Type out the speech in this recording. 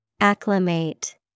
Acclimate